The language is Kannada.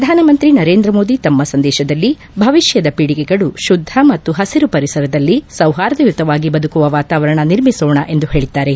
ಪ್ರಧಾನಮಂತ್ರಿ ನರೇಂದ್ರ ಮೋದಿ ತಮ್ಮ ಸಂದೇಶದಲ್ಲಿ ಭವಿಷ್ಯದ ಪೀಳಿಗೆಗಳು ಶುದ್ಧ ಮತ್ತು ಪಸಿರು ಪರಿಸರದಲ್ಲಿ ಸೌಹಾರ್ದಯುತವಾಗಿ ಬದುಕುವ ವಾತಾವರಣ ನಿರ್ಮಿಸೋಣ ಎಂದು ಹೇಳಿದ್ದಾರೆ